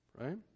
right